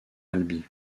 albi